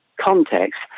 context